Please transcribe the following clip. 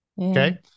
Okay